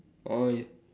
oh